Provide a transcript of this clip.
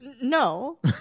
No